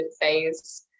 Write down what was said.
phase